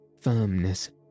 firmness